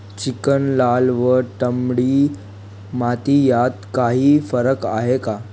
Chicken, लाल व तांबडी माती यात काही फरक आहे का?